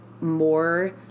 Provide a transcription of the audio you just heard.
more